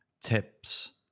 tips